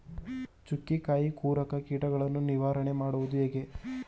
ಚುಕ್ಕಿಕಾಯಿ ಕೊರಕ ಕೀಟವನ್ನು ನಿವಾರಣೆ ಮಾಡುವುದು ಹೇಗೆ?